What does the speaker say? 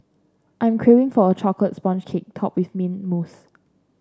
I am craving for a chocolate sponge cake topped with mint mousse